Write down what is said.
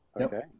Okay